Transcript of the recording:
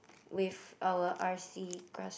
with our R_C grass